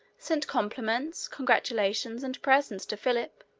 sent compliments, congratulations, and presents to philip,